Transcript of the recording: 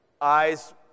eyes